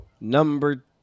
number